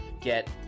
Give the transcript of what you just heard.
get